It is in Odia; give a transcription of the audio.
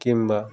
କିମ୍ବା